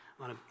on